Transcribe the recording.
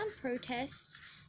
protests